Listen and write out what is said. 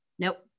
Nope